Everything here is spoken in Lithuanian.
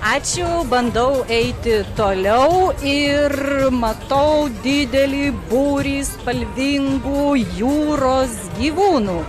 ačiū bandau eiti toliau ir matau didelį būrį spalvingų jūros gyvūnų